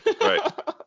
Right